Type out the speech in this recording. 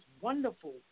wonderful